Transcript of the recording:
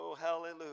Hallelujah